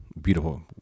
beautiful